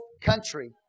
country